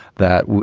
that.